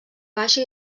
baixa